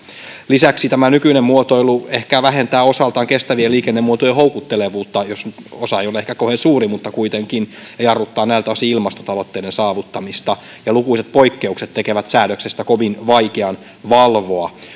lisäksi tämä nykyinen muotoilu ehkä vähentää osaltaan kestävien liikennemuotojen houkuttelevuutta osa ei ole ehkä kauhean suuri mutta kuitenkin ja jarruttaa näiltä osin ilmastotavoitteiden saavuttamista lukuisat poikkeukset tekevät säädöksestä kovin vaikean valvoa